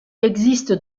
existe